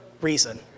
reason